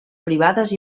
privades